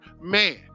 man